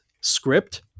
script